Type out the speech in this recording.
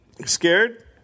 Scared